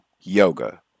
yoga